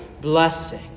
blessing